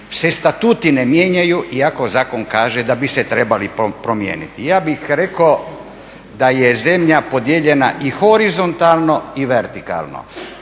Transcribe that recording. se statuti ne mijenjaju iako zakon kaže da bi se trebali promijeniti. Ja bih rekao da je zemlja podijeljena i horizontalno i vertikalno.